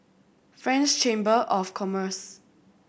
French Chamber of Commerce